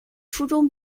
初中